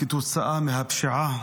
כתוצאה מהפשיעה,